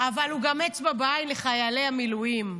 אבל הוא גם אצבע בעין לחיילי המילואים.